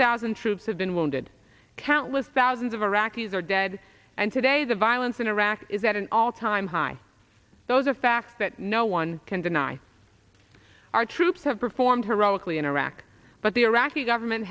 thousand troops have been wounded countless thousands of iraqis are dead and today the violence in iraq is at an all time high those are facts that no one can deny our troops have performed heroically in iraq but the iraqi government